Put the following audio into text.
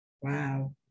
Wow